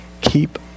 keep